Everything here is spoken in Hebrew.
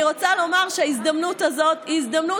אני רוצה לומר שההזדמנות הזאת היא הזדמנות